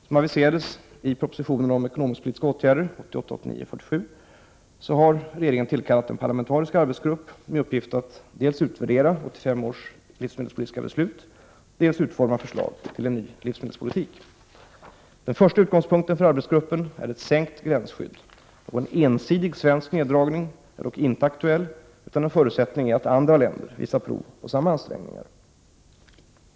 Som aviserades i regeringens proposition om vissa ekonomisk-politiska åtgärder m.m. har regeringen tillkallat en parlamentarisk arbetsgrupp med uppgift dels att utvärdera 1985 års livsmedelspolitiska beslut, dels att utforma förslag till en ny livsmedelspolitik. Den första utgångspunkten för arbetsgruppen är ett sänkt gränsskydd. Någon ensidig svensk neddragning är dock inte aktuell, utan en förutsättning är att andra länder visar prov på samma ansträngningar.